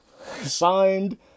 Signed